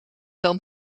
dan